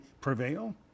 prevail